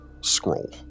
scroll